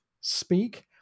speak